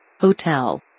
Hotel